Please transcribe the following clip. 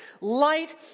light